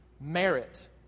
merit